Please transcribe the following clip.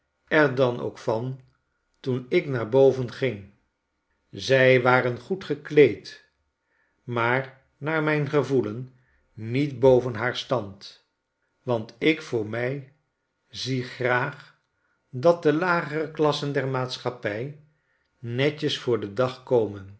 er dan ook van toen ik naar boven ging zij waren goed gekleed maar naar mijn gevoelen niet boven haar stand want ik voor mij zie graag dat de lagere klassen der maatschappij netjes voor den dag komen